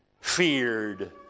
feared